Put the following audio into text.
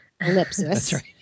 ellipsis